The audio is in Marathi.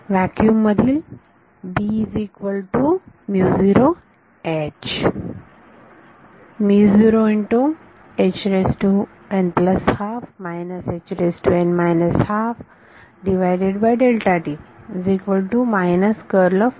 तर व्हॅक्युम मधील